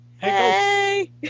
Hey